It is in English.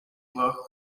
worked